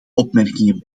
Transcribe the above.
opmerkingen